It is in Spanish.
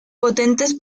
potentes